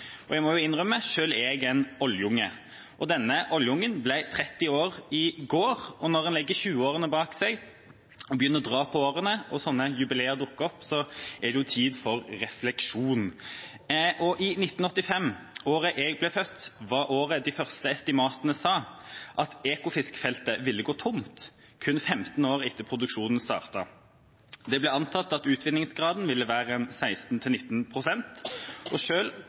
oljerikdom. Jeg må vel innrømme at selv jeg er en oljeunge. Denne oljeungen ble 30 år i går. Og når en legger 20-årene bak seg og begynner å dra på årene, blir slike jubileer, når de dukker opp, en tid for refleksjon. I 1985, det året jeg ble født, var året de første estimatene sa at Ekofisk-feltet ville gå tomt – kun 15 år etter at produksjonen startet. Det ble antatt at utvinningsgraden ville være 16–19 pst. Selv optimistenes forventninger har blitt gjort til